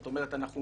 זאת אומרת, אנחנו